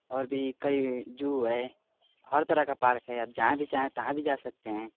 और भी कई जु है हर तरह का पार्क है आप जहाँ भी चाहें तहां भी जा सकते हैं